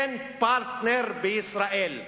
אין פרטנר בישראל.